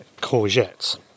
courgettes